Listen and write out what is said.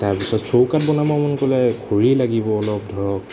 তাৰপিছত চৌকাত বনাব মন গ'লে খৰি লাগিব অলপ ধৰক